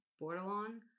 Bordelon